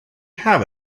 have